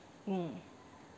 mm